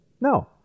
No